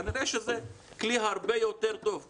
כנראה שזה כלי הרבה יותר טוב.